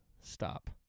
stop